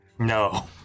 no